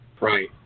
Right